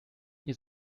ihr